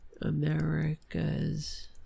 America's